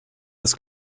des